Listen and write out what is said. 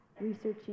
researching